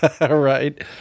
right